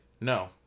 no